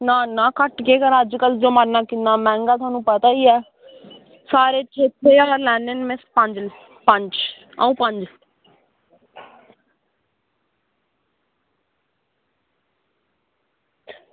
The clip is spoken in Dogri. ना ना घट्ट केह् करां अज्जकल जमाना किन्ना मैहंगा थुहानू पता ई ऐ सारे चौथे थाह्र लैने न पंज पंज अंऊ पंज